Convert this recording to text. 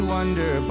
Wonder